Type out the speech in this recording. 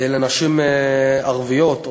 לנשים ערביות,